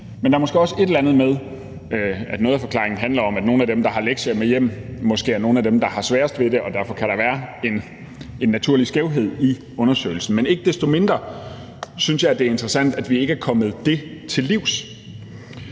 Men der er måske også et eller andet med, at noget af forklaringen handler om, at nogle af dem, der har lektier med hjem, måske er nogle af dem, der har sværest ved det, og derfor kan der være en naturlig skævhed i undersøgelsen. Men ikke desto mindre synes jeg, at det er interessant, at vi ikke er kommet det til livs.